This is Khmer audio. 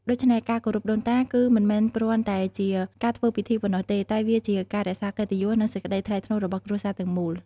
ដូច្នេះ ការគោរពដូនតា គឺមិនមែនគ្រាន់តែជាការធ្វើពិធីប៉ុណ្ណោះទេ តែវាជាការរក្សាកិត្តិយស និងសេចក្ដីថ្លៃថ្នូររបស់គ្រួសារទាំងមូល។